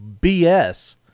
BS